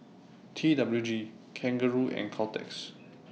T W G Kangaroo and Caltex